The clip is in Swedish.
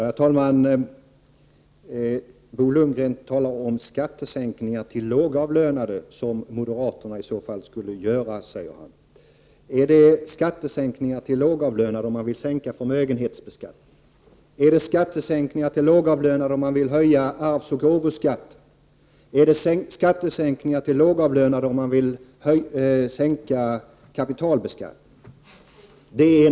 Herr talman! Bo Lundgren talar om skattesänkningar för de lågavlönade, som skulle bli resultatet av moderat politik. Men är det att åstadkomma skattesänkningar för lågavlönade om man vill sänka förmögenhetsskatten? Är det att åstadkomma skattesänkningar för lågavlönade om man vill höja arvsoch gåvoskatten? Är det att åstadkomma skattesänkningar för lågavlönade om man vill sänka skatten på kapital?